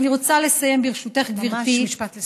אני רוצה לסיים, ברשותך, גברתי, ממש משפט לסיום.